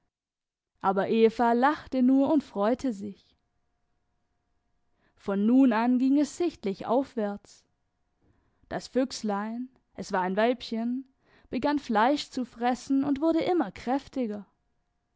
aber eva lachte nur und freute sich von nun an ging es sichtlich aufwärts das füchslein es war ein weibchen begann fleisch zu fressen und wurde immer kräftiger